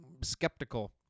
skeptical